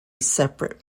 separate